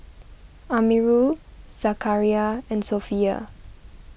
Amirul Zakaria and Sofea